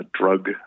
Drug